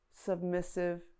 submissive